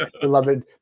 beloved